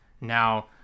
Now